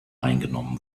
eingenommen